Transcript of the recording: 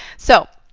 so,